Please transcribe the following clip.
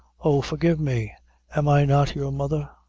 oh! forgive me am i not your mother?